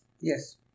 Yes